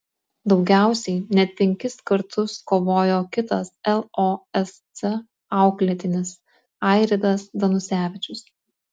daugiausiai net penkis kartus kovojo kitas losc auklėtinis airidas danusevičius